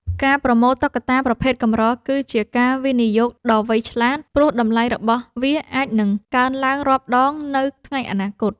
ការប្រមូលតុក្កតាប្រភេទកម្រ គឺជាការវិនិយោគដ៏វៃឆ្លាត ព្រោះតម្លៃរបស់វាអាចកើនឡើងរាប់ដងនៅថ្ងៃអនាគត។